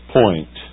point